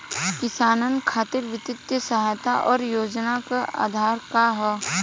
किसानन खातिर वित्तीय सहायता और योजना क आधार का ह?